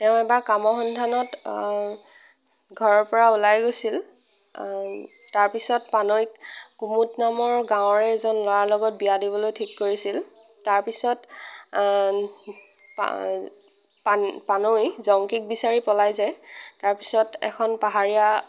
তেওঁ এবাৰ কামৰ সন্ধানত ঘৰৰ পৰা ওলাই গৈছিল তাৰপিছত পানৈক কুমুদ নামৰ গাঁৱৰে এজন ল'ৰাৰ লগত বিয়া দিবলৈ ঠিক কৰিছিল তাৰপিছত পা পানৈ জংকীক বিছাৰি পলাই যায় তাৰপিছত এখন পাহাৰীয়া